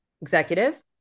executive